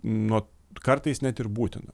nuo kartais net ir būtina